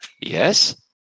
Yes